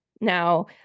Now